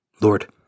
Lord